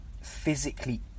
physically